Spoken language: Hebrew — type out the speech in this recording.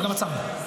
וגם עצרנו.